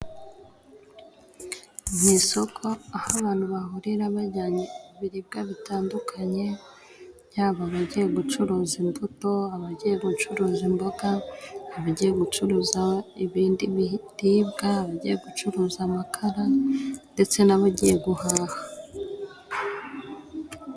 Mu isoko, aho abantu bahurira, bajyanye ibiribwa bitandukanye, yaba abagiye gucuruza imbuto, abagiye gucuruza imboga, abagiye gucuruza ibindi biribwa, abagiye gucuruza amakara, ndetse n'abagiye guhaha.